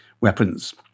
weapons